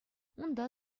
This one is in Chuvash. унта